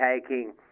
taking